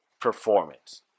Performance